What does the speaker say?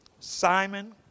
Simon